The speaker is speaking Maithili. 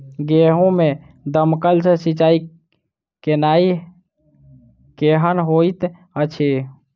गेंहूँ मे दमकल सँ सिंचाई केनाइ केहन होइत अछि?